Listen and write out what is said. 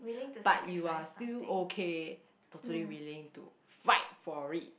but you are still okay totally willing to fight for it